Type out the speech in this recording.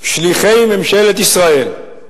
שליחי ממשלת ישראל.